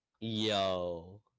Yo